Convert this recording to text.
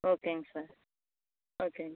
ஓகேங்க சார் ஓகேங்க